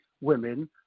women